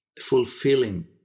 fulfilling